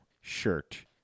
shirt